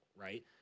right